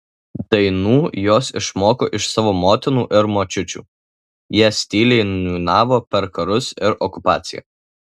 dainų jos išmoko iš savo motinų ir močiučių jas tyliai niūniavo per karus ir okupaciją